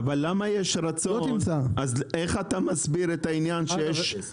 אז איך אתה מסביר את זה שהמוסכים